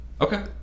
Okay